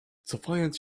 cofając